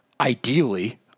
ideally